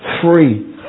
three